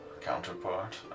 counterpart